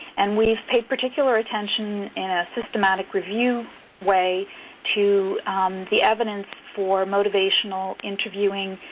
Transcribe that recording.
and we've paid particular attention in a systematic review way to the evidence for motivational interviewing,